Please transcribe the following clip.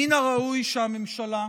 מן הראוי שהממשלה,